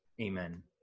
Amen